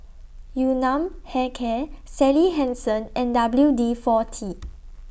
Yun Nam Hair Care Sally Hansen and W D forty